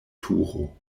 turo